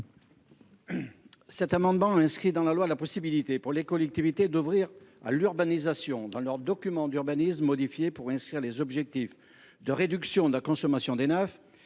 Cet amendement vise à inscrire dans la loi la possibilité pour les collectivités d’ouvrir à l’urbanisation, au travers de leurs documents d’urbanisme modifiés pour y inclure les objectifs de réduction de la consommation d’Enaf,